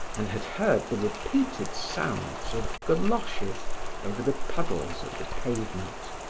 and had heard the repeated sounds of galoches over the puddles of the pavement.